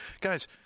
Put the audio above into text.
Guys